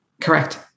Correct